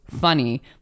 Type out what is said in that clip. funny